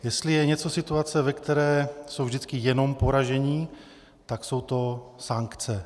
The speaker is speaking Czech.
Jestli je nějaká situace, ve které jsou vždycky jenom poražení, tak jsou to sankce.